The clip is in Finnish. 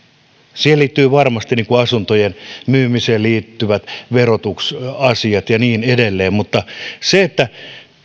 siihen liittyvät varmasti asuntojen myymiseen liittyvät verotusasiat ja niin edelleen